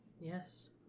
Yes